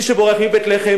מי שבורח מבית-לחם,